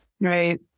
Right